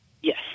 Yes